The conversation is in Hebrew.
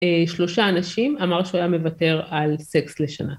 שלושה אנשים אמר שהוא היה מוותר על סקס לשנה.